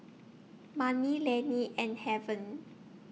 Manie Laney and Haven